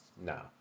No